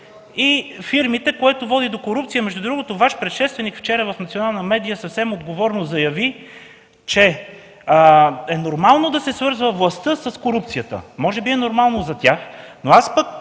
и фирмите, което води до корупция. Между другото Ваш предшественик вчера в национална медия съвсем отговорно заяви, че е нормално да се свързва властта с корупцията. Може би е нормално за тях, но аз от